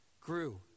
grew